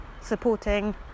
supporting